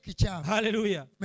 Hallelujah